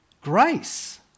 Grace